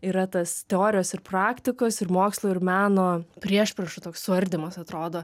yra tas teorijos ir praktikos ir mokslo ir meno priešprieša toks suardymas atrodo